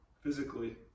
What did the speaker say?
physically